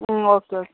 ಹ್ಞೂ okay oak